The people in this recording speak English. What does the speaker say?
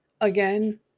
again